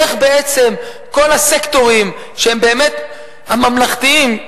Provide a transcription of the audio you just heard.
איך כל הסקטורים הממלכתיים,